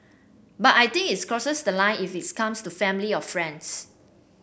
but I think it crosses the line if it's comes to family or friends